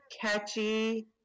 catchy